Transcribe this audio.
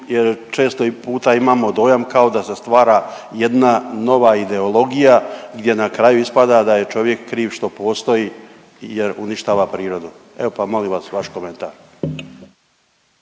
Jer često puta imamo dojam kao da se stvara jedna nova ideologija gdje na kraju ispada da je čovjek kriv što postoji jer uništava prirodu. Evo pa molim vas vaš komentar.